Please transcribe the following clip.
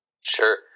Sure